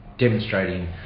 demonstrating